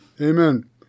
amen